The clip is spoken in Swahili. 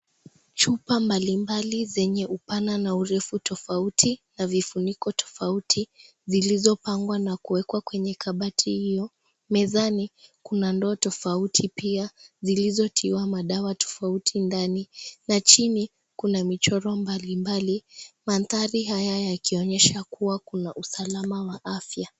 Chupa mbalimbali zenye upana na urefu tofauti, na vifuniko tofauti zilizopangwa na kuwekwa kwenye kabati hiyo. Mezani kuna ndoo tofauti pia zilizotiwa madawa tofauti, ndani. Na chini kuna michoro mbalimbali , mandthari haya yakionyesha kuwa kuna usalama wa afya.